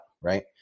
right